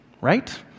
right